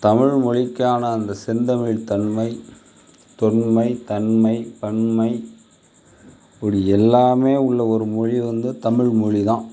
தமிழ்மொழிக்கான அந்த செந்தமிழ் தன்மை தொன்மை தன்மை பன்மை படி எல்லாமே உள்ள ஒரு மொழி வந்து தமிழ்மொழி தான்